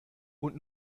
und